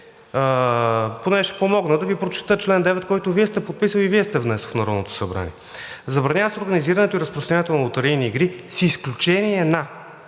че – ще помогна, като прочета чл. 9, който Вие сте подписал и сте внесъл в Народното събрание: „Забранява се организирането и разпространението на лотарийни игри с изключение на